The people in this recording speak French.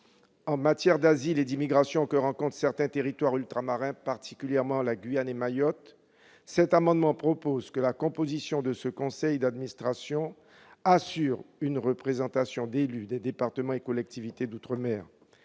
en matière d'asile et d'immigration que connaissent certains territoires ultramarins, en particulier la Guyane et Mayotte, les auteurs de cet amendement proposent que la composition de ce conseil d'administration assure une représentation des départements et collectivités d'outre-mer.